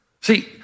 See